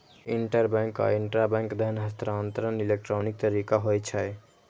interbank आ intrabank धन हस्तांतरण इलेक्ट्रॉनिक तरीका होइ छै